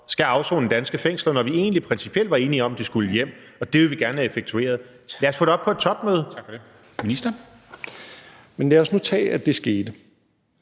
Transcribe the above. skal afsone i danske fængsler, når vi egentlig principielt var enige om, at de skulle hjem. Og det vil vi gerne have effektueret. Lad os få det op på et topmøde. Kl. 13:47 Formanden (Henrik Dam Kristensen):